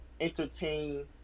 entertain